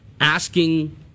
asking